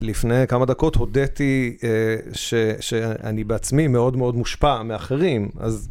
לפני כמה דקות הודיתי.. א.. שאני בעצמי מאוד מאוד מושפע מאחרים, אז...